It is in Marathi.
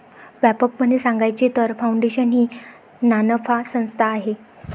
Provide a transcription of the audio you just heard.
व्यापकपणे सांगायचे तर, फाउंडेशन ही नानफा संस्था आहे